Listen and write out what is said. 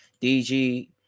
DG